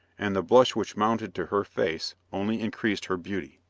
and the blush which mounted to her face only increased her beauty.